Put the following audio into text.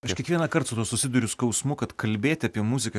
aš kiekvieną kart su tuo susiduriu skausmu kad kalbėti apie muziką